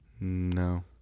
No